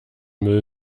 müll